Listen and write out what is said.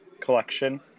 collection